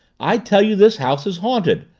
i tell you this house is haunted.